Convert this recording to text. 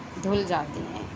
دھل جاتے ہیں